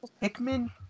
Hickman